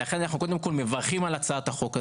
לכן אנחנו מברכים על הצעת החוק הזאת.